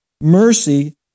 Mercy